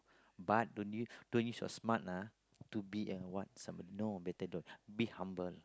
but don't use don't use your smart ah to be a what somebody no better don't be humble